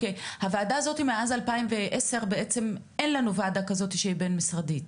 אז מאז 2010 אין לנו ועדה כזאת שהיא בין-משרדית?